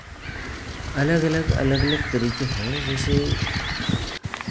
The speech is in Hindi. अलग अलग अलग अलग तरीके हैं जैसे